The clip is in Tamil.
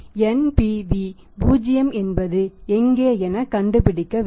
எனவே NPV 0 என்பது எங்கே என கண்டுபிடிக்க வேண்டும்